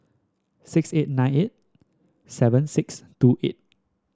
six eight nine eight seven six two eight